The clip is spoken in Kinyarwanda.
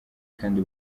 kandi